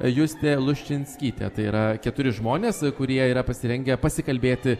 justė luščinskytė tai yra keturi žmonės kurie yra pasirengę pasikalbėti